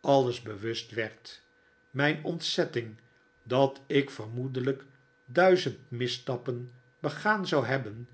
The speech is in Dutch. alles bewust werd mijn ontzetting dat ik vermoedelijk duizend misstappen begaan zou hebben